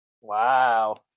Wow